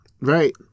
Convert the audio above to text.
right